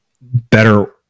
better